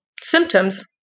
symptoms